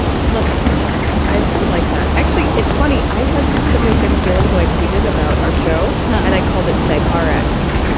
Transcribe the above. sussex it i kind of like that. actually, it's funny. i had some of the same feelings when i tweeted about our show and i called it melgar exit